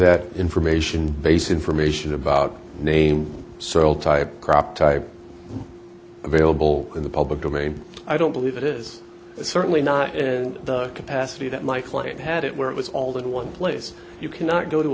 that information base information about name several type crop type available in the public domain i don't believe it is certainly not and the capacity that my client had it where it was all the one place you cannot go to